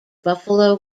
buffalo